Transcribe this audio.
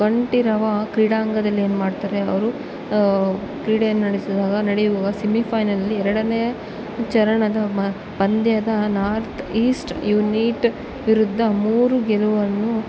ಕಂಠೀರವ ಕ್ರೀಡಾಂಗದಲ್ಲಿ ಏನು ಮಾಡ್ತಾರೆ ಅವರು ಕ್ರೀಡೆಯನ್ನು ನಡೆಸುವಾಗ ನಡೆಯುವ ಸೆಮಿಫೈನಲ್ನಲ್ಲಿ ಎರಡನೇ ಚರಣದ ಪಂದ್ಯದ ನಾರ್ತ್ ಈಸ್ಟ್ ಯೂನಿಟ್ ವಿರುದ್ಧ ಮೂರು ಗೆಲುವನ್ನು